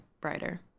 brighter